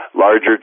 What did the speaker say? larger